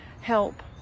help